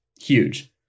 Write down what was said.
huge